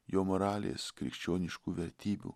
jo moralės krikščioniškų vertybių